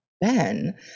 Ben